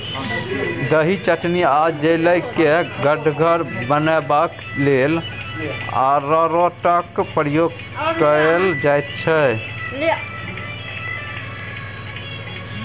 दही, चटनी आ जैली केँ गढ़गर बनेबाक लेल अरारोटक प्रयोग कएल जाइत छै